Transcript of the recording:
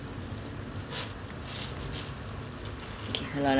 okay hold on